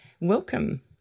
Welcome